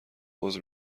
عذر